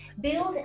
build